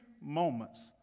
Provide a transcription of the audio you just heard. moments